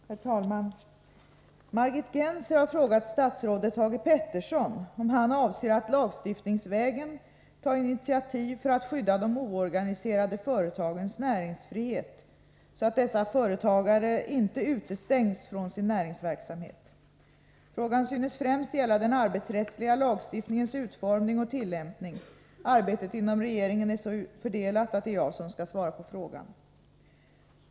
Herr talman! Margit Gennser har frågat statsrådet Thage Peterson om han avser att lagstiftningsvägen ta initiativ för att skydda de oorganiserade företagens näringsfrihet så att dessa företagare inte utestängs från sin näringsverksamhet. Frågan synes främst gälla den arbetsrättsliga lagstiftningens utformning och tillämpning. Arbetet inom regeringen är så fördelat att det är jag som skall svara på frågan.